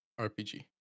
RPG